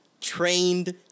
trained